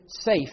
safe